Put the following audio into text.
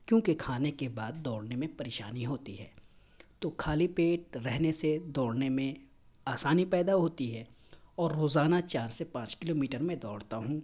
کیوں کہ کھانے کے بعد دوڑنے میں پریشانی ہوتی ہے تو خالی پیٹ رہنے سے دوڑنے میں آسانی پیدا ہوتی ہے اور روزانہ چار سے پانچ کلو میٹر میں دوڑتا ہوں